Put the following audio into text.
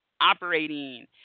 operating